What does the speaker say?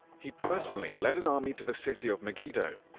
he personally led an army to the city of megiddo,